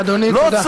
אדוני, תודה.